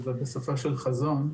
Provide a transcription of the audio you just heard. בשפה של חזון.